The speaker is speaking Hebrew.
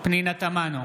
פנינה תמנו,